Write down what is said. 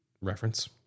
reference